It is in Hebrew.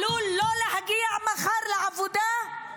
עלול לא להגיע מחר לעבודה?